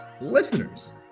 Listeners